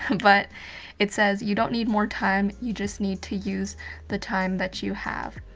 um but it says you don't need more time, you just need to use the time that you have.